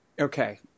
okay